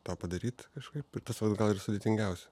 tą padaryt kažkaip tas vat gal ir sudėtingiausia